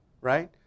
Right